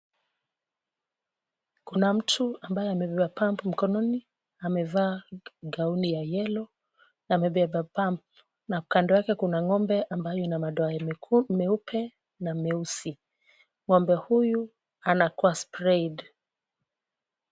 Kuna mtu ambaye amebeba pampu mkononi amevaa gauni ya yellow amebeba pump na kando yake kuna ng'ombe ambayo ina madoa meupe na meusi. Ng'ombe huyu anakuwa sprayed .